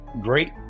great